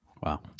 Wow